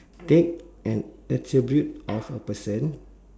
take an attribute of a person